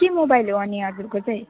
के मोबाइल हो अनि हजुरको चाहिँ